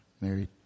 married